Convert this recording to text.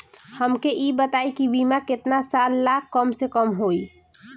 हमके ई बताई कि बीमा केतना साल ला कम से कम होई?